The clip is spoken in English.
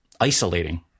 isolating